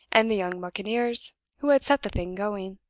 and the young buccaneers who had set the thing going.